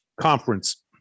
conference